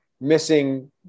missing